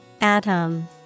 Atom